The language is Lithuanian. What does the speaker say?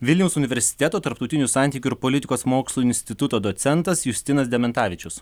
vilniaus universiteto tarptautinių santykių ir politikos mokslų instituto docentas justinas dementavičius